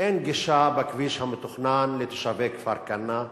אין גישה בכביש המתוכנן לתושבי כפר-כנא,